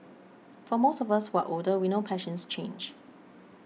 for most of us who are older we know passions change